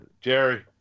Jerry